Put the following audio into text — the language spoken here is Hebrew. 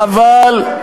חבל,